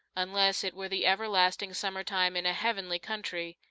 unless it were the everlasting summer-time in a heavenly country,